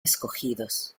escogidos